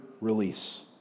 release